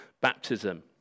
baptism